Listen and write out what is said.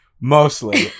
Mostly